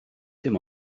dim